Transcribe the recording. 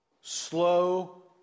Slow